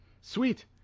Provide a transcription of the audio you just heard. Sweet